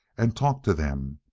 and talked to them.